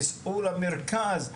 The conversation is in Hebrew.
ייסעו למרכז,